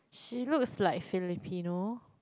she looks like Filipino